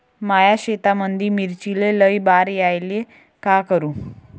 माया शेतामंदी मिर्चीले लई बार यायले का करू?